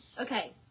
Okay